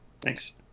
Thanks